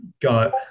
got